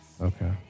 Okay